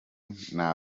nta